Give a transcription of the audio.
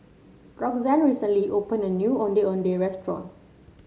Roxann recently opened a new Ondeh Ondeh Restaurant